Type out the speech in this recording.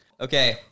Okay